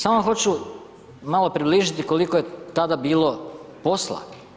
Samo vam hoću malo približiti koliko je tada bilo posla.